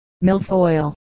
milfoil